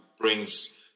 brings